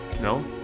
No